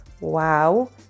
wow